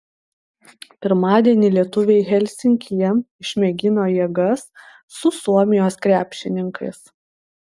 pirmadienį lietuviai helsinkyje išmėgino jėgas su suomijos krepšininkais